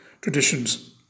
traditions